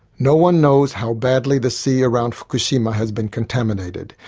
no one knows how badly the sea around fukushima has been contaminated,